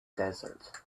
desert